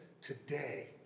today